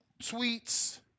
tweets